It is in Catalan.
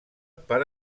per